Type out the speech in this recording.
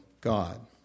God